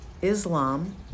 Islam